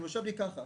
הוא יושב לי ככה